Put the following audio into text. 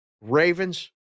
Ravens